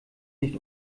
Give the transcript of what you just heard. nicht